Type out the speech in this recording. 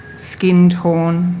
skin torn,